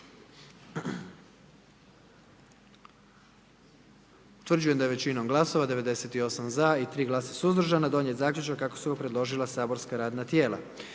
Utvrđujem da je većinom glasova, 78 za, 13 suzdržanih i 10 protiv donijet zaključak kako su predložila saborska radna tijela.